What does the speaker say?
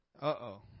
Uh-oh